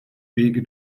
wege